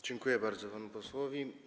Dziękuję bardzo panu posłowi.